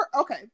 okay